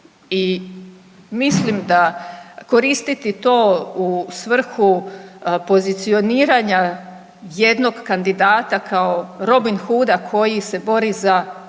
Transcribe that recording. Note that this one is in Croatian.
I mislim da koristiti to u svrhu pozicioniranja jednog kandidata kao Robin Huda koji se bori za